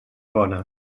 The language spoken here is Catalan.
bona